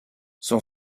son